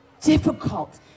difficult